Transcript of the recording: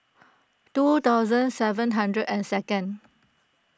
two thousand seven hundred and second